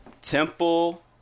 Temple